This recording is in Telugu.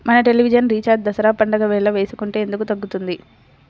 మన టెలివిజన్ రీఛార్జి దసరా పండగ వేళ వేసుకుంటే ఎందుకు తగ్గుతుంది?